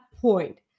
point